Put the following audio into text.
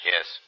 Yes